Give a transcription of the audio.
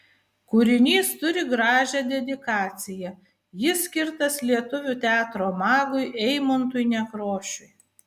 kūrinys turi gražią dedikaciją jis skirtas lietuvių teatro magui eimuntui nekrošiui